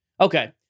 okay